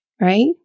right